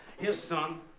his son,